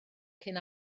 cyn